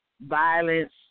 violence